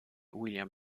william